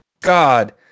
God